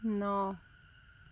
ন